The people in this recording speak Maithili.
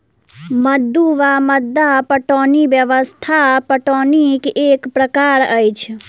मद्दु वा मद्दा पटौनी व्यवस्था पटौनीक एक प्रकार अछि